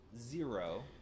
zero